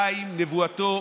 חבריי חברי הכנסת,